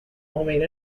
homemade